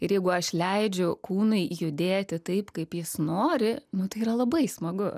ir jeigu aš leidžiu kūnui judėti taip kaip jis nori nu tai yra labai smagu